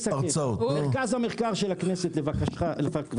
מרכז המחקר של הכנסת לבקשתך,